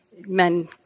Men